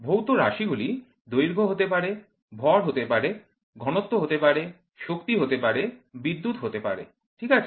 ভৌত রাশি গুলি দৈর্ঘ্য হতে পারে ভর হতে পারে ঘনত্ব হতে পারে শক্তি হতে পারে বিদ্যুৎ হতে পারে ঠিক আছে